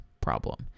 problem